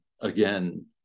again